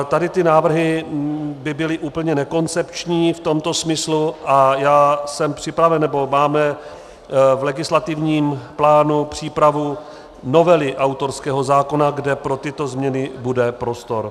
Tady ty návrhy by byly úplně nekoncepční v tomto smyslu a já jsem připraven, nebo máme v legislativním plánu přípravu novely autorského zákona, kde pro tyto změny bude prostor.